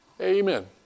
Amen